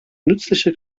nützliche